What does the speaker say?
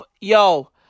yo